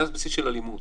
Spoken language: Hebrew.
זה הבסיס של אלימות.